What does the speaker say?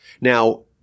Now